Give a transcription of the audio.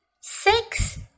six